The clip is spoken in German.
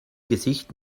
gesicht